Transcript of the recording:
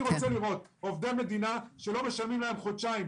אני רוצה לראות עובדי מדינה שלא משלמים להם במשך חודשיים.